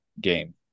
game